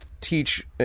teach